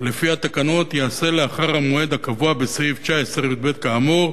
לפי התקנות ייעשה לאחר המועד הקבוע בסעיף 19יב כאמור.